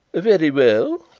very well,